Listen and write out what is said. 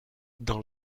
dans